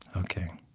ok.